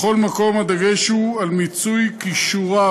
בכל מקום הדגש הוא על מיצוי כישוריו